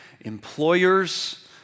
employers